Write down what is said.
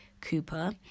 Cooper